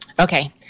Okay